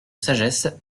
sagesse